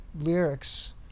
lyrics